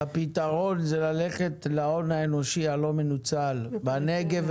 הפתרון הוא ללכת להון האנושי הלא מנוצל בנגב,